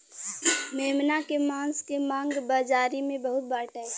मेमना के मांस के मांग बाजारी में बहुते बाटे